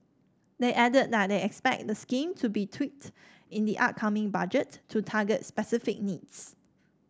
they added that they expect the scheme to be tweaked in the upcoming Budget to target specific needs